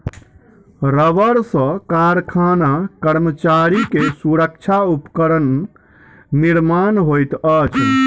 रबड़ सॅ कारखाना कर्मचारी के सुरक्षा उपकरण निर्माण होइत अछि